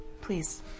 Please